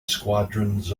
squadrons